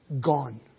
gone